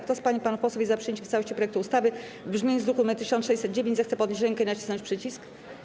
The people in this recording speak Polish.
Kto z pań i panów posłów jest za przyjęciem w całości projektu ustawy w brzmieniu z druku nr 1609, zechce podnieść rękę i nacisnąć przycisk.